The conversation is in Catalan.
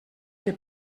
que